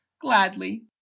Gladly